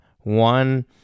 one